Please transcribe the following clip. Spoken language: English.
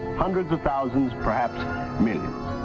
hundreds of thousands, perhaps millions.